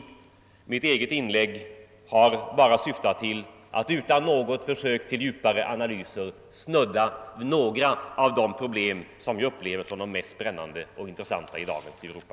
Med mitt eget inlägg har jag bara syftat till att utan något försök till djupare analyser snudda vid några av de problem som upplevs som de mest brännande och intressanta i dagens Europa.